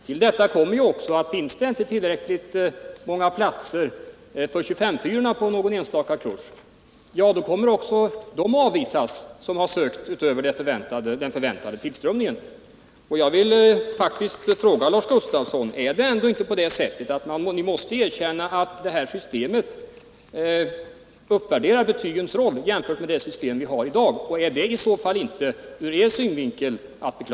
Till detta kommer att om det på någon enstaka kurs inte finns tillräckligt många platser för de sökande inom kategorin 25:4 kommer också de som har sökt utöver den förväntade tillströmningen att avvisas. Jag vill faktiskt fråga Lars Gustafsson: Är det ändå inte så att ni måste erkänna att detta system uppvärderar betygens roll jämfört med det system som vi har i dag? Är inte det i så fall att beklaga ur er synvinkel?